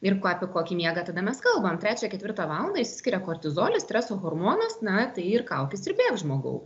ir apie kokį miegą tada mes kalbam trečią ketvirtą valandą išsiskiria kortizolis streso hormonas na tai ir kaukis bėk žmogau